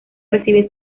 recibe